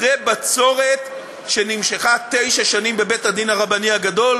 אחרי בצורת שנמשכה תשע שנים בבית-הדין הרבני הגדול